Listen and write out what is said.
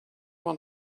want